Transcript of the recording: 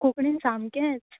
कोंकणीन सामकेंच